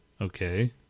Okay